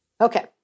Okay